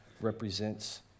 represents